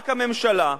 רק הממשלה,